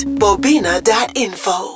bobina.info